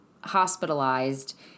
hospitalized